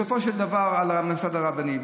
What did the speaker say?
לממסד הרבני.